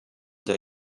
der